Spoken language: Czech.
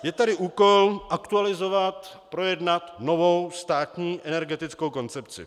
Je tady úkol aktualizovat, projednat novou státní energetickou koncepci.